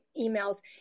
emails